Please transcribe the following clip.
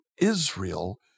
Israel